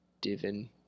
divin